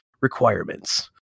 Requirements